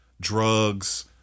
drugs